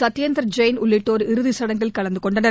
சத்யேந்தா் ஜெயின் உள்ளிட்டோர் இறுதிச்சடங்கில் கலந்துகொண்டனர்